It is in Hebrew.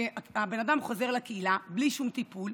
כי האדם חוזר לקהילה בלי שום טיפול,